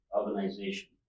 organization